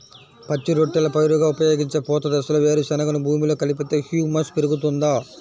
పచ్చి రొట్టెల పైరుగా ఉపయోగించే పూత దశలో వేరుశెనగను భూమిలో కలిపితే హ్యూమస్ పెరుగుతుందా?